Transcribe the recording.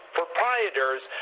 proprietors